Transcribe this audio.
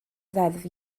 deddf